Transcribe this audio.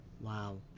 Wow